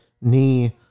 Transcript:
knee